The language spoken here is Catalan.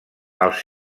els